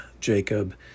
Jacob